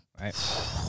Right